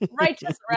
Righteous